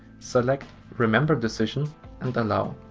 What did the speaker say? select remember decision and allow.